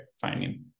finding